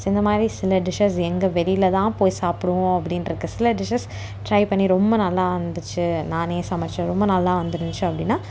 so இந்த மாதிரி சில டிஷஸ் எங்கே வெளியில்தான் போய் சாப்பிடுவோம் அப்படின்ருக்கு சில டிஷஸ் ட்ரை பண்ணி ரொம்ப நல்லாருந்துச்சு நானே சமைத்தேன் ரொம்ப நல்லா வந்துருந்துச்சு அப்படின்னா